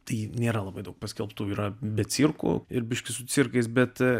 tai nėra labai daug paskelbtų yra be cirkų ir biški su cirkais bet